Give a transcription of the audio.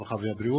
הרווחה והבריאות.